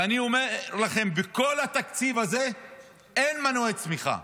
ואני אומר לכם, בכל התקציב הזה אין מנועי צמיחה,